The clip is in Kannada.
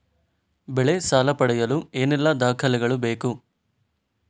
ಬೆಳೆ ಸಾಲ ಪಡೆಯಲು ಏನೆಲ್ಲಾ ದಾಖಲೆಗಳು ಬೇಕು?